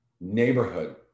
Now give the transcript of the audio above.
neighborhood